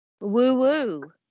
Woo-woo